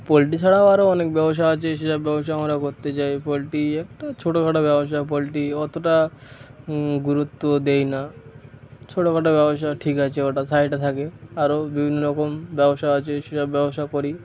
poultry ছাড়াও আরও অনেক ব্যবসা আছে সেসব ব্যবসা আমরা করতে চাই পোলট্রি একটা ছোটখাটো ব্যবসা পোলট্রি অতটা গুরুত্ব দিই না ছোটখাটো ব্যবসা ঠিক আছে ওটা সাইডে থাকে আরও বিভিন্ন রকম ব্যবসা আছে সেসব ব্যবসা করি